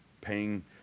paying